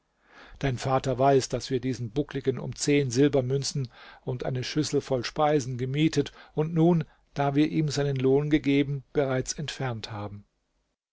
dein vater weiß daß wir diesen buckligen um zehn silbermünzen und eine schüssel voll speisen gemietet und nun da wir ihm seinen lohn gegeben bereits entfernt haben